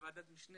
ובוועדת המשנה